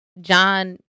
John